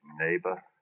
Neighbor